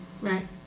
right